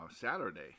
Saturday